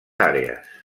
àrees